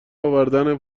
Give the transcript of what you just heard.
آوردن